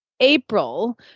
April